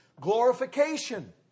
glorification